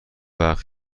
وقت